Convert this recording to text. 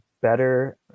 better